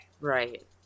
right